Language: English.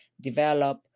develop